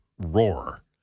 roar